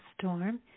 storm